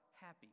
happy